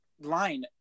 line